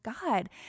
God